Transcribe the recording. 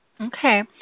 Okay